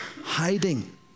hiding